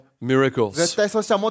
miracles